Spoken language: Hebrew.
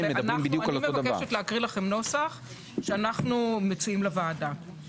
אני אומר שמכיוון שהייעוץ המשפטי הוא לא בא כוחו של חבר הכנסת המציע,